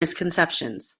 misconceptions